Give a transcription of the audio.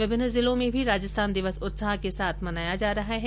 विभिन्न जिलों में भी राजस्थान दिवस उत्साह के साथ मनाया जा रहा है